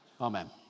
Amen